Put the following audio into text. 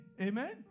Amen